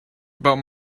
about